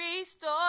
ReStore